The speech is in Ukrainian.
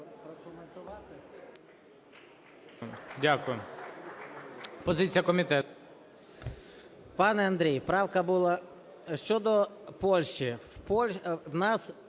Дякую. Позиція комітету.